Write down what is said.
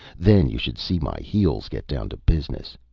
then you should see my heels get down to business!